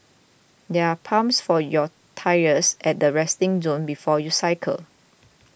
there are pumps for your tyres at the resting zone before you cycle